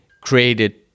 created